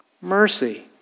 Mercy